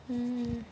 mm mm